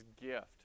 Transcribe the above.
gift